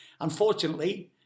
Unfortunately